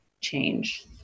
change